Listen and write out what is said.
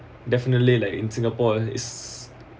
definitely like in singapore is